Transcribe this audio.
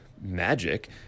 magic